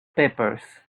peppers